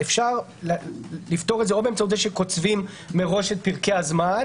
אפשר לפתור את זה או באמצעות שקוצבים מראש את פרקי הזמן